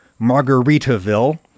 Margaritaville